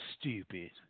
stupid